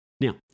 Now